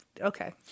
okay